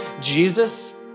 Jesus